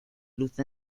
luce